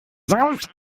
sams